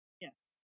Yes